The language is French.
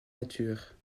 nature